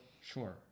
sure